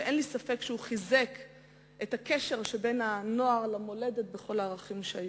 ואין לי ספק שהוא חיזק את הקשר בין הנוער למולדת ולכל הערכים.